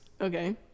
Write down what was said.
Okay